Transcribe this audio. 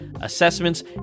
assessments